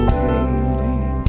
waiting